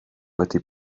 wedi